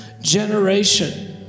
generation